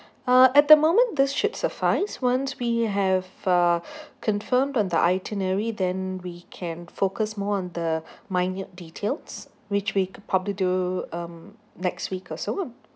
uh at the moment this should suffice once we have uh confirmed on the itinerary then we can focus more on the minute details which we could probably do um next week or so